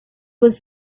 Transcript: was